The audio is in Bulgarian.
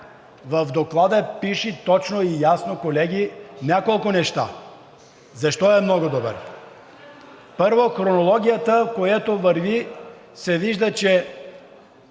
в доклада пише точно и ясно, колеги, няколко неща. Защо е много добър? Първо, от хронологията, която върви, се вижда, че